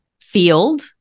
field